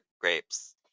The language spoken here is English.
grapes